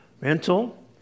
Mental